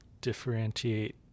differentiate